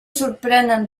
sorprenen